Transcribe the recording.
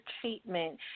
treatment